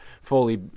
fully